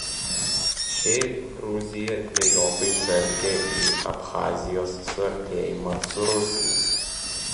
šiaip gruzija dvejopai žvelgia į abchazijos suartėjimą su rusija